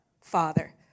father